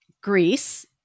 Greece